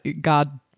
god